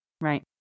Right